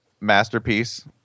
Masterpiece